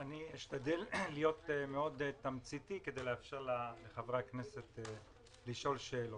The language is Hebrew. אשתדל להיות תמציתי מאוד כדי לאפשר לחברי הכנסת לשאול שאלות.